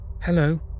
Hello